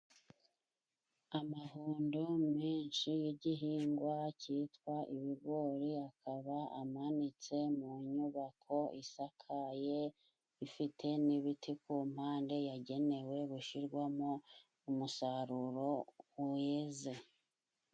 Amahundo menshi y'igihingwa cyitwa ibigori akaba amanitse mu nyubako isakaye ifite n'ibiti ku mpande, yagenewe gushyirwamo umusaruro weze.